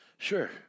Sure